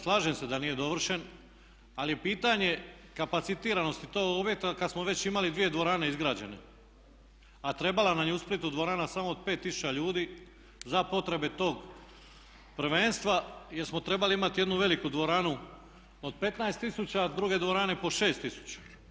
Slažem se da nije dovršen ali je pitanje kapacitiranosti tog objekta kad smo već imali dvije dvorane izgrađene, a trebala nam je u Splitu dvorana samo od 5000 ljudi za potrebe tog prvenstva jer smo trebali imati jednu veliku dvoranu od 15 000 a druge dvorane po 6000.